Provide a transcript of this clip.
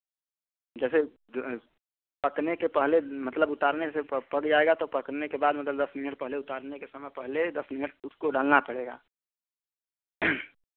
जैसे ज पकने के पहले मतलब उतारने से प पक जाएगा तो पकने के बाद मतलब दस मिनट पहले उतारने के समय पहले दस मिनट उसको डालना पड़ेगा